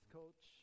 coach